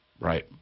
Right